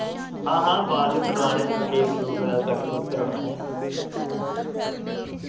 हां हां बाल बी कटोआने शेव शूव बगैरा कट कुट कराना ऐ